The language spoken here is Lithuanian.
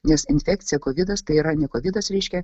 nes infekcija kovidas tai yra ne kovidas reiškia